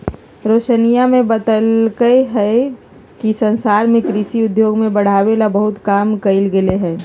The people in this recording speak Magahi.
रोशनीया ने बतल कई कि संसार में कृषि उद्योग के बढ़ावे ला बहुत काम कइल गयले है